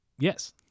Yes